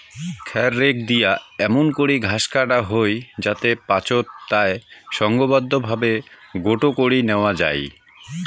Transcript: খ্যার রেক দিয়া এমুন করি ঘাস কাটা হই যাতি পাচোত তায় সংঘবদ্ধভাবে গোটো করি ন্যাওয়া যাই